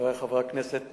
חברי חברי הכנסת,